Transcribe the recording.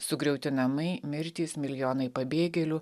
sugriauti namai mirtys milijonai pabėgėlių